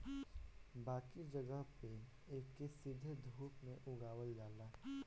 बाकी जगह पे एके सीधे धूप में उगावल जाला